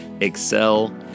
excel